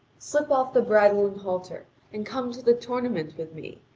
slip off the bridle and halter and come to the tournament with me,